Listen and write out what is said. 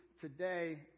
today